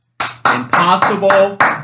Impossible